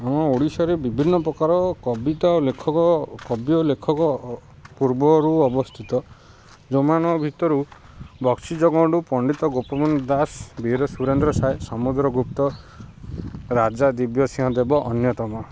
ଆମ ଓଡ଼ିଶାରେ ବିଭିନ୍ନ ପ୍ରକାର କବିତା ଲେଖକ କବି ଲେଖକ ପୂର୍ବରୁ ଅବସ୍ଥିତ ଯେଉଁମାନ ଭିତରୁ ବକ୍ସିି ଜଗବନ୍ଧୁ ପଣ୍ଡିତ ଗୋପବନ୍ଧୁ ଦାସ ବୀର ସୁରେନ୍ଦ୍ର ସାଏ ସମୁଦ୍ର ଗୁପ୍ତ ରାଜା ଦିବ୍ୟସିିଂହ ଦେବ ଅନ୍ୟତମ